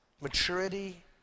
maturity